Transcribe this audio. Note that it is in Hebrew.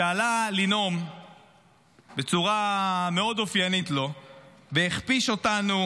שעלה לנאום בצורה מאוד אופיינית לו והכפיש אותנו,